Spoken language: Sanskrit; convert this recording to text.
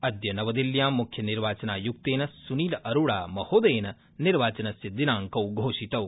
अद्य नवदिल्ल्यां मुख्य निर्वाचनायक्तेन सुनील अरो ि महोदयेन निर्वाचनस्य दिनाड़कौ घोषितौ